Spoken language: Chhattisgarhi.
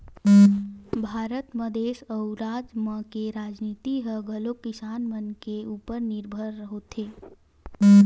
भारत म देस अउ राज मन के राजनीति ह घलोक किसान मन के उपर निरभर होथे